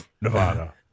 nevada